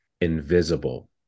invisible